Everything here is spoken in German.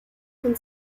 von